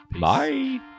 Bye